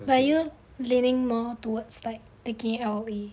are you leaning more towards like taking L_O_A